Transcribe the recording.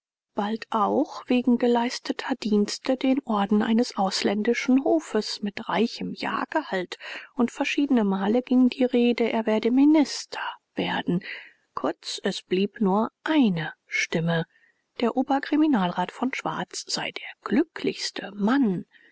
bald auch wegen geleisteter dienste den orden eines ausländischen hofes mit reichem jahrgehalt und verschiedene male ging die rede er werde minister werden kurz es blieb nur eine stimme der oberkriminalrat von schwarz sei der glücklichste mann